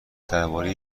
درباره